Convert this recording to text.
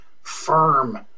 firm